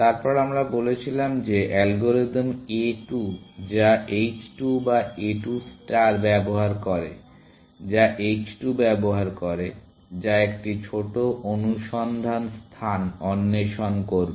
তারপর আমরা বলেছিলাম যে অ্যালগরিদম a 2 যা h 2 বা a 2 ষ্টার ব্যবহার করে যা h 2 ব্যবহার করে যা একটি ছোট অনুসন্ধান স্থান অন্বেষণ করবে